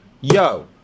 Yo